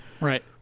Right